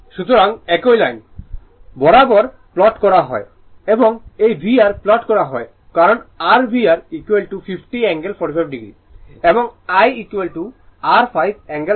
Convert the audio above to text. সুতরাং একই line I বরাবর প্লট করা হয় এবং এই VR প্লট করা হয় কারণ r VR 50 অ্যাঙ্গেল 45o এবং I r 5 অ্যাঙ্গেল 45o